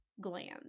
gland